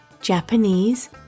Japanese